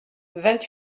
vingt